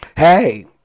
Hey